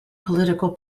political